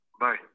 Bye